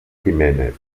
giménez